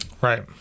right